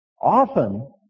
Often